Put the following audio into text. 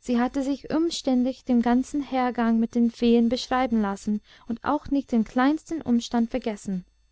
sie hatte sich umständlich den ganzen hergang mit den feen beschreiben lassen und auch nicht den kleinsten umstand vergessen